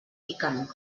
piquen